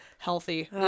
Healthy